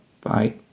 Bye